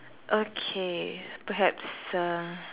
okay perhaps a